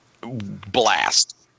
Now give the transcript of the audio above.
Blast